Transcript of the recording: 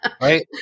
Right